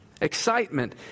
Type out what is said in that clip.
excitement